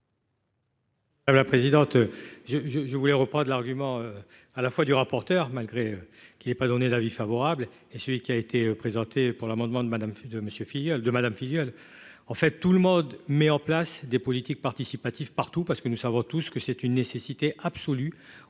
Roche. La présidente, je je je voulais reprendre l'argument à la fois du rapporteur malgré qu'il ait pas donné d'avis favorable et celui qui a été présenté pour l'amendement de Madame de monsieur filleul de Madame Filleul en fait tout le mode met en place des politiques participatif partout parce que nous savons tous que c'est une nécessité absolue